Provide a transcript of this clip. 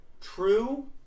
True